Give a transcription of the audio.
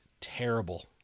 terrible